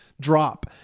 drop